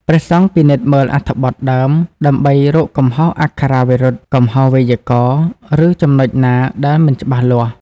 ព្រះសង្ឃពិនិត្យមើលអត្ថបទដើមដើម្បីរកកំហុសអក្ខរាវិរុទ្ធ កំហុសវេយ្យាករណ៍ ឬចំណុចណាដែលមិនច្បាស់លាស់។